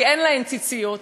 כי אין להן ציציות,